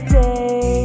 day